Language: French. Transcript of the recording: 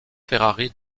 ferrari